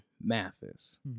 Mathis